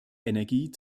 energie